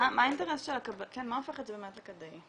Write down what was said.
מה הופך את זה באמת לכדאי?